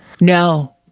No